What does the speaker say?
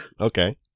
Okay